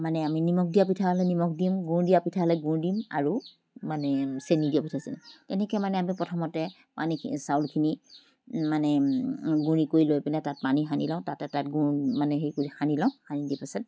মানে আমি নিমখ দিয়া পিঠা হ'লে নিমখ দিম গুড় দিয়া পিঠা হ'লে গুড় দিম আৰু মানে চেনি দিয়া পিঠা হ'লে তেনেকৈ মানে আমি প্ৰথমতে পানীখিনি চাউলখিনি মানে গুড়ি কৰি লৈ পিনে তাত পানী সানি লওঁ তাত গুড় মানে সেই কৰি সানি লওঁ সানি দিয়া পিছত